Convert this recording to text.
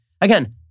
Again